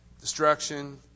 destruction